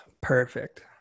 Perfect